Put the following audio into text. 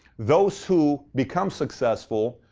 those who become successful,